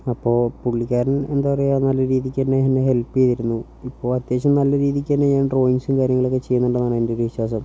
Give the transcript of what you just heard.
അപ്പോൾ പുള്ളിക്കാൻ എന്താ പറയുക നല്ല രീതിയ്ക്കുതന്നെ എന്നെ ഹെൽപ്പ് ചെയ്തിരുന്നു ഇപ്പോൾ അത്യാവശ്യം നല്ല രീതിയ്ക്ക് തന്നെ ഞാൻ ഡ്രോയിങ്സും കാര്യങ്ങളൊക്കെ ചെയ്യുന്നുണ്ടെന്നാണ് എൻ്റെ ഒരു വിശ്വാസം